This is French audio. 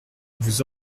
vous